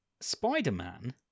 Spider-Man